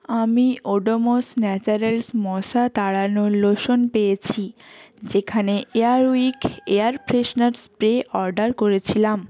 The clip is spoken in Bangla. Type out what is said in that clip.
আমি ওডোমস ন্যাচারালস মশা তাড়ানোর লোশন পেয়েছি যেখানে Air Wick air freshener spray order করেছিলাম